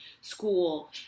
school